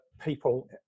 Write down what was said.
people